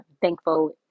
thankful